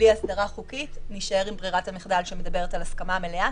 בלי הסדרה חוקית נישאר עם ברירת המחדל שמדברת על הסכמה מלאה,